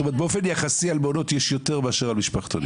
זאת אומרת באופן יחסי על מעונות יש יותר מאשר על משפחתונים.